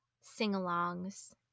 sing-alongs